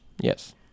Yes